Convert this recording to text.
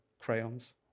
crayons